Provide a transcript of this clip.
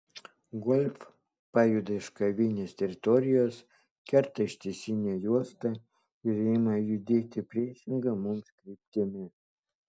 golf pajuda iš kavinės teritorijos kerta ištisinę juostą ir ima judėti priešinga mums kryptimi